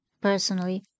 Personally